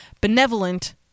benevolent